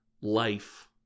life